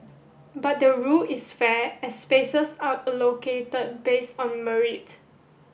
but the rule is fair as spaces are allocated based on merit